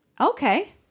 Okay